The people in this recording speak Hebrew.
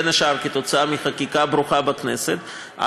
בין השאר כתוצאה מחקיקה ברוכה בכנסת,